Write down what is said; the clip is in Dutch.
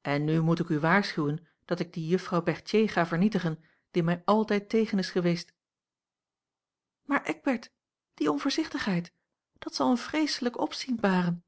en nu moet ik u waarschuwen dat ik die juffrouw berthier ga vernietigen die mij altijd tegen is geweest maar eckbert die onvoorzichtigheid dat zal een vreeselijk opzien baren